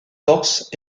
torse